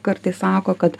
kartais sako kad